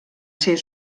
ser